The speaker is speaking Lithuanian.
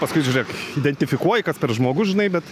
paskui žiūrėk identifikuoji kas per žmogus žinai bet